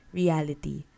reality